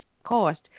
cost